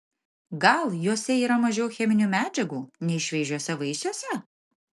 gal juose yra mažiau cheminių medžiagų nei šviežiuose vaisiuose